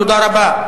תודה רבה.